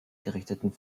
gerichteten